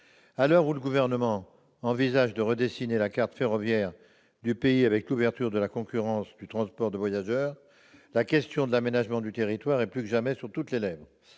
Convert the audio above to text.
À l'heure où le Gouvernement envisage de redessiner la carte ferroviaire du pays avec l'ouverture à la concurrence du transport de voyageurs, la question de l'aménagement du territoire est plus que jamais sur toutes les lèvres.